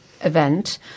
event